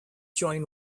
join